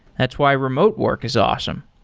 that's why remote work is awesome.